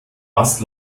was